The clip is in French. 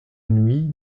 nuit